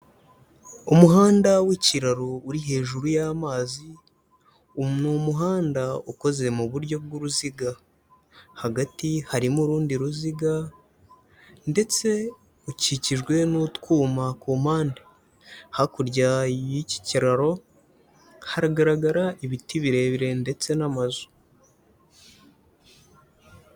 Umuhanda w'ikiraro uri hejuru y'amazi, ni umuhanda ukoze mu buryo bw'uruziga, hagati harimo urundi ruziga ndetse ukikijwe n'utwuma ku mpande, hakurya y'iki kiraro haragaragara ibiti birebire ndetse n'amazu.